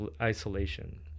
isolation